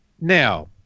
Now